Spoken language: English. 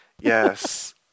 Yes